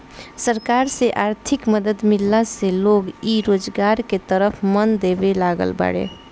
सरकार से आर्थिक मदद मिलला से लोग इ रोजगार के तरफ मन देबे लागल बाड़ें